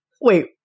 Wait